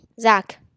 Zach